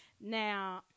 Now